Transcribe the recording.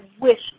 wish